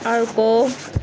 अर्को